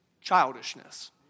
childishness